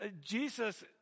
Jesus